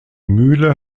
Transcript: mühle